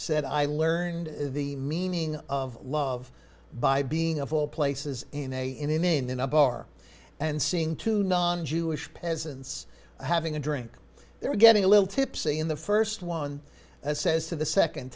said i learned the meaning of love by being of all places in a in an in a bar and seeing to non jewish peasants having a drink there getting a little tipsy in the first one says to the second